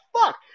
fuck